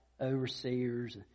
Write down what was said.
overseers